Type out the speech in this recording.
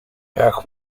jak